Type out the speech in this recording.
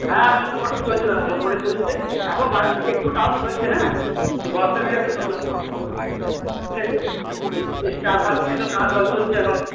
হ্যাঁ মোটামোটি চলছে দাদা মোটামুটি চলছে এখন বাজার তো একটু ডাউন চলছে হ্যাঁ বর্ষা এসে গেছে তো ঠিক আছে এই এই চার পাঁচদিনই তো টানা জল চলছে এখন